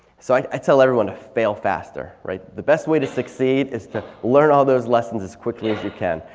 so i i tell everyone to fail faster, right the best way to succeed is to learn all those lessons as quickly as you can.